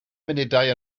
munudau